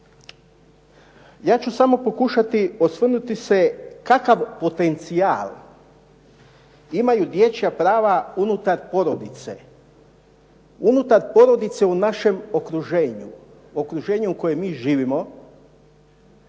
Ja ću samo pokušati osvrnuti se kakav potencijal imaju dječja prava unutar porodice, unutar porodice u našem okruženju, okruženju u kojem mi živimo